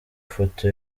foto